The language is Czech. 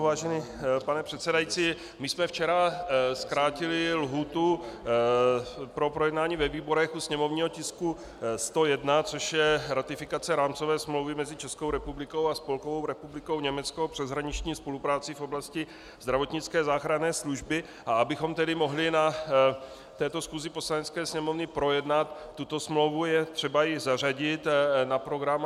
Vážený pane předsedající, my jsme včera zkrátili lhůtu pro projednání ve výborech u sněmovního tisku 101, což je ratifikace Rámcové smlouvy mezi Českou republikou a Spolkovou republikou Německo o přeshraniční spolupráci v oblasti zdravotnické záchranné služby, a abychom tedy mohli na této schůzi Poslanecké sněmovny projednat tuto smlouvu, je třeba ji zařadit na program.